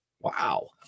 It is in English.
Wow